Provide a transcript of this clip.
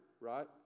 right